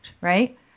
right